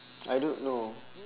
I don't know